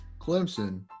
Clemson